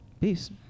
Peace